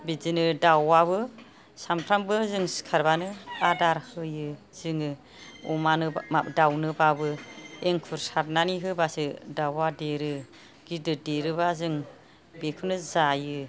बिदिनो दावाबो सानफ्रोमबो जों सिखारबानो आदार होयो जोङो अमानो दावनोबाबो इंखुर सारनानै होबासो दावा देरो गिदिर देरोबा जों बिखौनो जायो